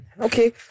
Okay